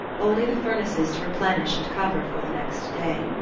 only the furnaces to replenish and cover for the next day.